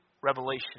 revelation